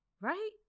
right